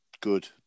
good